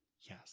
Yes